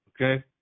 okay